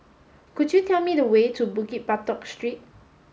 could you tell me the way to Bukit Batok Street